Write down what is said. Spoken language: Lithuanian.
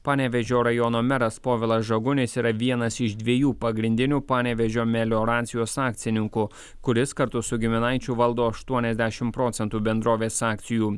panevėžio rajono meras povilas žagunis yra vienas iš dviejų pagrindinių panevėžio melioracijos akcininkų kuris kartu su giminaičiu valdo aštuoniasdešimt procentų bendrovės akcijų